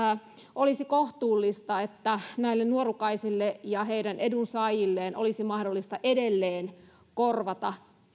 olisi kohtuullista että näille nuorukaisille ja heidän edunsaajilleen olisi mahdollista edelleen korvata